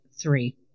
three